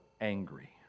angry